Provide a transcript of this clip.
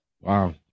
Wow